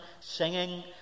singing